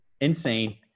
Insane